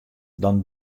dan